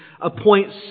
appoint